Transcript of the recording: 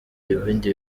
ibindi